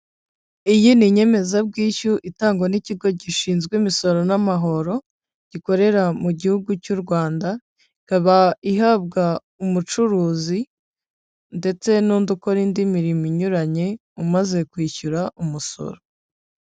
Iyi ni inyemezabwishyu itangwa n'Ikigo gishinzwe Imisoro n'Amahoro, gikorera mu Gihugu cy'u Rwanda, ikaba ihabwa umucuruzi, ndetse n'undi ukora indi mirimo inyuranye umaze kwishyura umusoro.